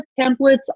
templates